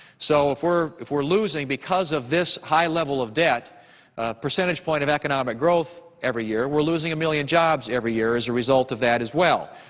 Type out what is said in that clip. so if we're if we're losing because of this high level of debt a percentage point of economic growth every year, we're losing a million jobs every year as a result of that as well.